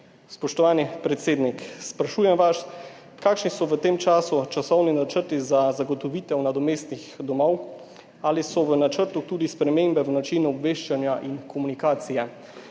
Spoštovani predsednik, sprašujem vas: Kakšni so v tem času časovni načrti za zagotovitev nadomestnih domov? Ali so v načrtu tudi spremembe v načinu obveščanja in komunikacije?